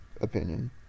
opinion